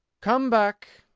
come back!